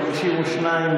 הצבעה.